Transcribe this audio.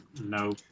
No